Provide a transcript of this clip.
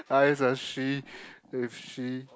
oh is a she is she